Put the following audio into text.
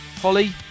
Holly